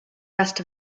rest